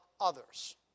others